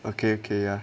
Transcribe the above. okay okay ya